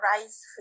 rice